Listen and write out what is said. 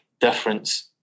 difference